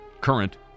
current